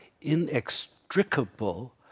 inextricable